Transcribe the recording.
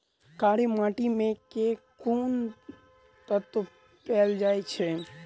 कार्य माटि मे केँ कुन तत्व पैल जाय छै?